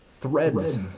Threads